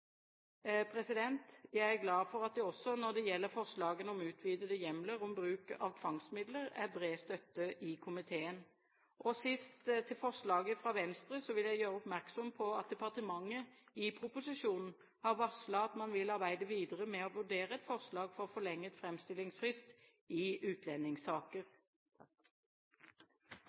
Jeg er glad for at det også når det gjelder forslagene om utvidede hjemler for bruk av tvangsmidler, er bred støtte i komiteen. Sist: Når det gjelder forslaget fra Venstre, vil jeg gjøre oppmerksom på at departementet i proposisjonen har varslet at man vil arbeide videre med å vurdere et forslag om forlenget framstillingsfrist i utlendingssaker.